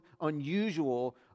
unusual